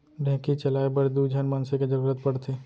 ढेंकीच चलाए बर दू झन मनसे के जरूरत पड़थे